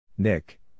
Nick